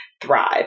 Thrive